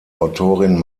autorin